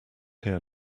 here